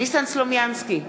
ניסן סלומינסקי,